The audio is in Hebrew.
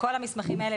כל המסמכים האלה,